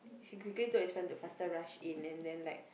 he quickly told his friend to faster rush in and then like